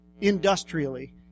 industrially